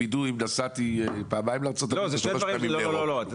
ידעו אם נסעתי פעמיים לארצות הברית או שלוש פעמים לאירופה.